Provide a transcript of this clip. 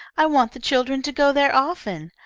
i want the children to go there often.